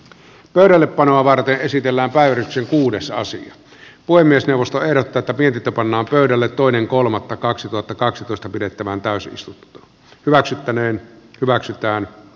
pöydällepanoa varten esitellään väyrysen kuudes easy puhemiesneuvosto ehdottaata piti tapanaan pöydälle toinen kolmannetta kaksituhattakaksitoista pidettävään pääsystä hyväksyttäneen hyväksytään d